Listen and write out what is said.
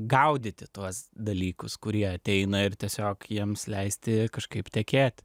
gaudyti tuos dalykus kurie ateina ir tiesiog jiems leisti kažkaip tekėt